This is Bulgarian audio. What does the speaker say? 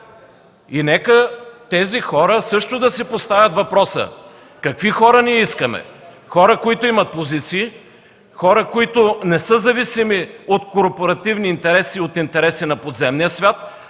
Нека тези хора също да си поставят въпроса: какви хора искаме ние? Хора, които имат позиции, които не са зависими от корпоративни интереси и от интересите на подземния свят,